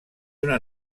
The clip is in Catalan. una